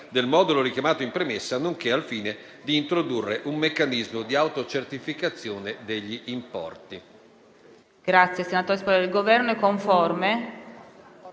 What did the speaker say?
del modulo richiamato in premessa, nonché al fine di introdurre un meccanismo di autocertificazione degli importi.».